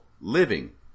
living